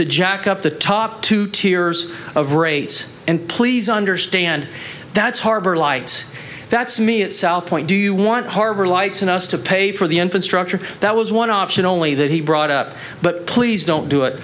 to jack up the top two tiers of rates and please understand that's harbor lights that's me at south point do you want harbor lights and us to pay for the infrastructure that was one option only that he brought up but please don't do it